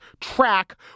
track